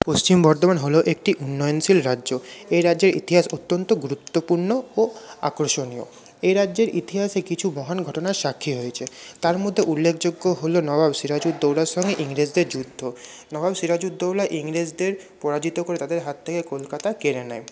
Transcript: পশ্চিম বর্ধমান হলো একটি উন্নয়নশীল রাজ্য এই রাজ্যের ইতিহাস অত্যন্ত গুরুত্বপূর্ণ ও আকর্ষণীয় এই রাজ্যের ইতিহাসে কিছু মহান ঘটনার সাক্ষী হয়েছে তার মধ্যে উল্লেখযোগ্য হলো নবাব সিরাজউদৌল্লার সঙ্গে ইংরেজদের যুদ্ধ নবাব সিরাজউদৌল্লা ইংরেজদের পরাজিত করে তাদের হাত থেকে কলকাতা কেড়ে নেয়